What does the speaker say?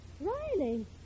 Riley